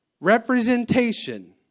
representation